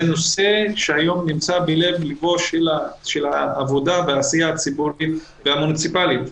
זה נושא שהיום נמצא בלב ליבן של העבודה והעשייה הציבורית המוניציפלית,